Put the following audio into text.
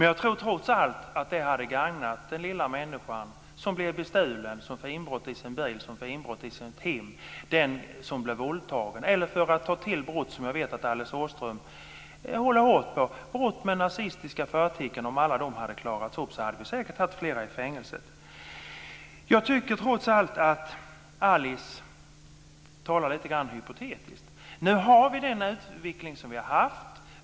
Jag tror trots allt att det hade gagnat den lilla människan som blir bestulen, som får inbrott i sin bil, som får inbrott i sitt hem, som blir våldtagen eller, för att ta ett brott som jag vet engagerar Alice Åström, som utsätts för brott med nazistiska förtecken. Om alla dessa brott hade klarats upp hade vi säkert haft fler i fängelse. Jag tycker ändå att Alice talar lite grann hypotetiskt. Nu har vi den utveckling vi har haft.